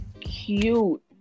cute